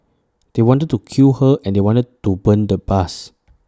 they wanted to kill her and they wanted to burn the bus